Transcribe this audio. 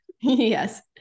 Yes